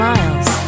Miles